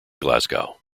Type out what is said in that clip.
glasgow